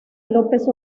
lópez